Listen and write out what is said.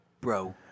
bro